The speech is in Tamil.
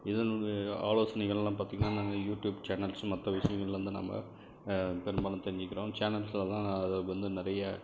இதன் ஆலோசனைகள்லாம் பார்த்தீங்கன்னா நாங்கள் யூடியூப் சேனல்ஸ் மற்ற விஷயங்கள்லேந்து நம்ம பெரும்பாலும் தெரிஞ்சிக்கிறோம் சேனல்ஸில் தான் அதை வந்து நிறைய